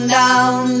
down